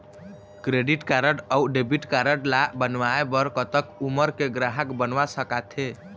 Credit card अऊ debit card ला बनवाए बर कतक उमर के ग्राहक बनवा सका थे?